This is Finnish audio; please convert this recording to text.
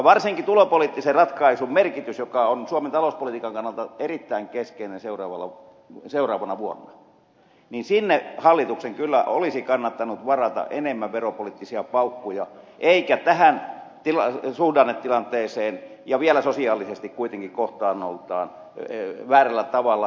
varsinkin tulopoliittiseen ratkaisuun joka on suomen talouspolitiikan kannalta erittäin keskeinen seuraavana vuonna hallituksen kyllä olisi kannattanut varata enemmän veropoliittisia paukkuja eikä tähän suhdannetilanteeseen ja vielä sosiaalisesti kuitenkin kohtaannoltaan väärällä tavalla